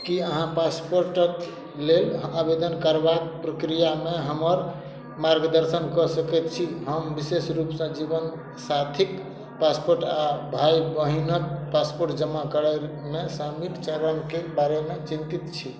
की अहाँ पासपोर्टक लेल आवेदन करबाक प्रक्रियामे हमर मार्गदर्शन कऽ सकैत छी हम विशेष रूप सऽ जीवनसाथीक पासपोर्ट आ भाई बहिनक पासपोर्ट जमा करयमे शामिल चरणके बारेमे चिन्तित छी